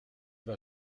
war